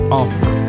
offer